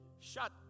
shut